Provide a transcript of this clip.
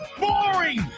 boring